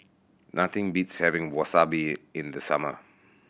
nothing beats having Wasabi in the summer